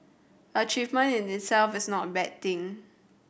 achievement in itself is not a bad thing